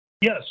Yes